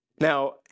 Now